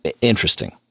interesting